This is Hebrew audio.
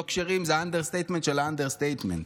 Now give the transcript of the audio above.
לא כשרים זה האנדרסטייטמנט של האנדרסטייטמנט,